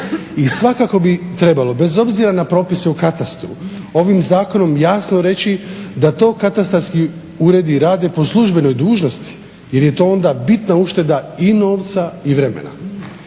I svakako bi trebalo, bez obzira na propise u katastru, ovim zakonom jasno reći da to katastarski uredi rade po službenoj dužnosti jer je to onda bitna ušteda i novca i vremena.